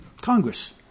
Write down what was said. Congress